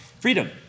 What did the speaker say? freedom